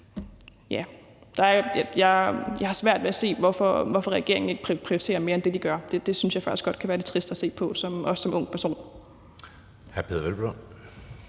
Jeg har svært ved at se, hvorfor regeringen ikke prioriterer mere end det, de gør. Det synes jeg faktisk godt kan være lidt trist at se på, også som ung person.